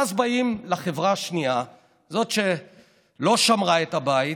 ואז באים לחברה השנייה, זאת שלא שמרה על הבית,